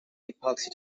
epoxy